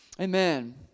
Amen